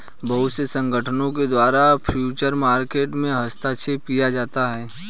बहुत से संगठनों के द्वारा फ्यूचर मार्केट में हस्तक्षेप किया जाता है